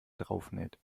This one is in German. draufnäht